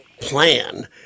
plan